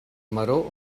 maror